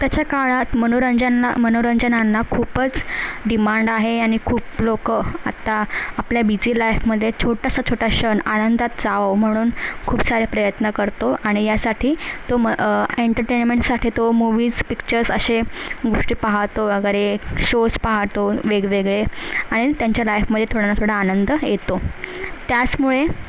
आत्ताच्या काळात मनोरंजना मनोरंजनांना खूपच डिमांड आहे आणि खूप लोक आत्ता आपल्या बिझी लाईफमध्ये छोटासा छोटा क्षण आनंदात जावो म्हणून खूप सारे प्रयत्न करतो आणि यासाठी तो म एंटरटेनमेंटसाठी तो मुव्हीज पिक्चर्स असे गोष्टी पाहतो वगैरे शोज पाहतो वेगवेगळे आणि त्यांच्या लाईफमध्ये थोडा ना थोडा आनंद येतो त्यासमुळे